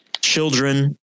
children